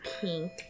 pink